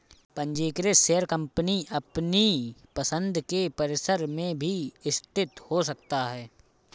पंजीकृत share company अपनी पसंद के परिसर में भी स्थित हो सकता है